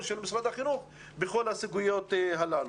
של משרד החינוך בכל הסוגיות הללו.